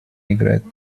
играет